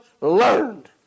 learned